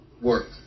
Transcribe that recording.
work